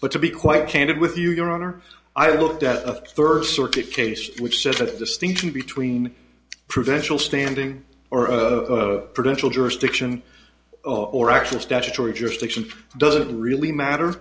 but to be quite candid with you your honor i looked at a third circuit case which such a distinction between professional standing or a potential jurisdiction or actual statutory jurisdiction doesn't really matter